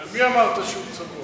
על מי אמרת שהוא צבוע?